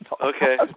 Okay